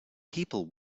people